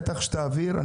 בטח שתעביר.